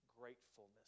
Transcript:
gratefulness